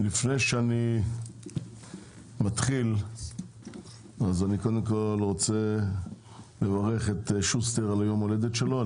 לפני שאני מתחיל אני קודם כל רוצה לברך את שוסטר על יום ההולדת שלו.